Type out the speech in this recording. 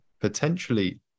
potentially